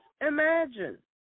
imagine